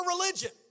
religion